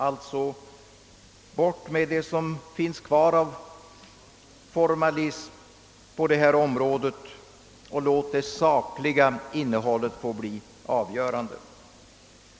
Alltså bort med det som finns kvar av formalism på detta område och låt det sakliga innehållet få bli avgörande!